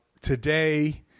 today